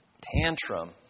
tantrum